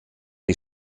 die